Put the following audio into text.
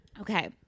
Okay